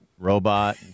Robot